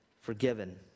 forgiven